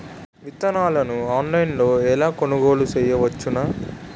విత్తనాలను ఆన్లైన్లో ఎలా కొనుగోలు చేయవచ్చున?